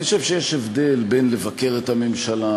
אני חושב שיש הבדל בין לבקר את הממשלה,